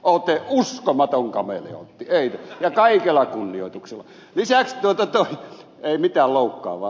olette uskomaton kameleontti ja kaikella kunnioituksella ei mitään loukkaavaa siinä